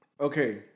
Okay